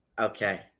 Okay